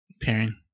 pairing